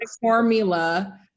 formula